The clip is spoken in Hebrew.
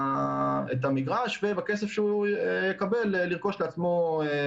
15 שנה אחרי והטיפול במגורשי גוש קטיף טרם הושלם.